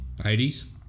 80s